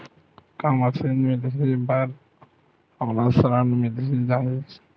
का मशीन मिलही बर हमला ऋण मिल जाही?